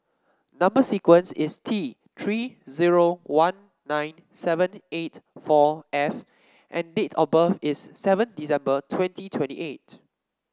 number sequence is T Three zero one nine seven eight four F and date of birth is seven December twenty twenty eight